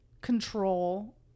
control